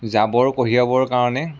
জাৱৰ কঢ়িয়াবৰ কাৰণে